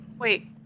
Wait